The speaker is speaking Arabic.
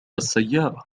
السيارة